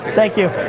thank you.